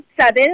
seven